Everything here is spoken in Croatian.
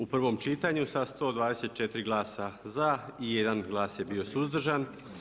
U prvom čitanju sa 124 glasa za i jedna glas je bio suzdržan.